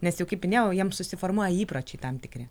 nes jau kaip minėjau jiem susiformuoja įpročiai tam tikri